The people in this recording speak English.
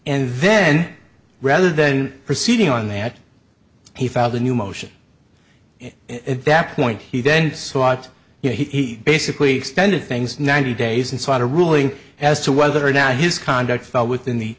and then rather than proceeding on that he filed a new motion at that point he then sought you know he basically extended things ninety days inside a ruling as to whether or not his conduct fell within the